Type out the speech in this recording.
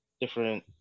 different